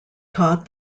taught